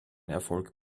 erfolg